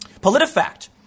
PolitiFact